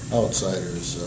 outsiders